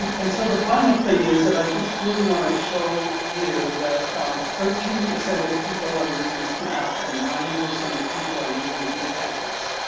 and and so the final thing is that i just really want to show here that thirteen percent of people are using snap, and nine percent of people are using food pantries.